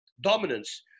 dominance